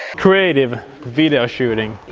creative video shooting